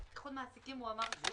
איחוד עוסקים?